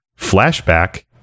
Flashback